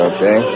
Okay